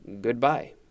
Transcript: Goodbye